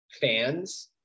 fans